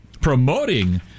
promoting